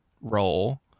role